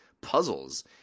puzzles